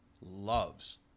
loves